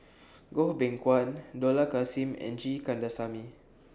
Goh Beng Kwan Dollah Kassim and G Kandasamy